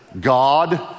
God